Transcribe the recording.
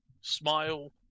Smile